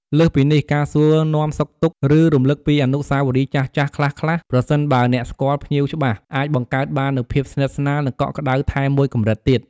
លើសពីនេះ ការសួរនាំសុខទុក្ខ ឬរំលឹកពីអនុស្សាវរីយ៍ចាស់ៗខ្លះៗ ប្រសិនបើអ្នកស្គាល់ភ្ញៀវច្បាស់ អាចបង្កើតបាននូវភាពស្និទ្ធស្នាល និងកក់ក្តៅថែមមួយកម្រិតទៀត។